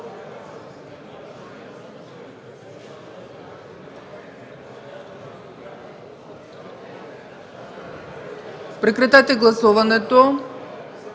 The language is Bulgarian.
прекратете гласуването.